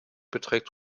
beträgt